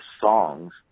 songs